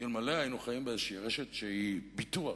אלמלא היינו חיים באיזושהי רשת שהיא ביטוח,